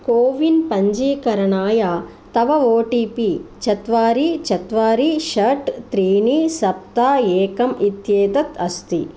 CoWIN पञ्जीकरणाय तव OTP चत्वारि चत्वारि षट् त्रीणि सप्त एकम् इत्येतत् अस्ति